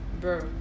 bro